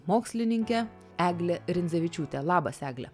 mokslininkė eglė rindzevičiūtė labas egle